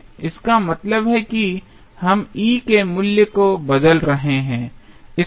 इसका मतलब है कि हम E के मूल्य को बदल रहे हैं